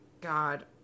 god